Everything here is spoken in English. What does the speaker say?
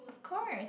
of course